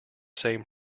same